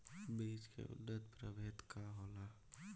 बीज के उन्नत प्रभेद का होला?